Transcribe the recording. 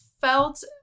felt